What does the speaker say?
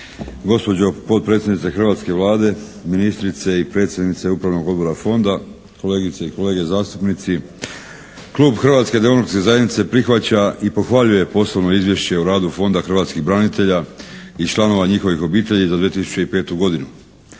gospođo potpredsjednice hrvatske Vlade, ministrice i predsjednice Upravnog odbora Fonda, kolegice i kolege zastupnici. Klub Hrvatske demokratske zajednice prihvaća i pohvaljuje poslovno izvješće o radu Fonda hrvatskih branitelja i članova njihovih obitelji za 2005. godinu.